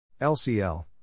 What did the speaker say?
LCL